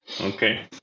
Okay